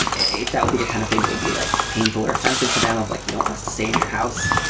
if that will be the kind of thing that would be like painful or offensive to them. like you don't want us to stay in your house,